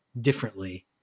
differently